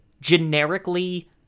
generically